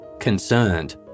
Concerned